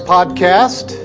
Podcast